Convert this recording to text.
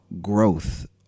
growth